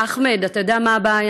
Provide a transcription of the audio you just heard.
אחמד, אתה יודע מה הבעיה?